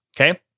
Okay